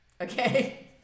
Okay